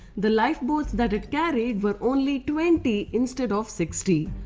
the lifeboats that it carried were only twenty instead of sixty.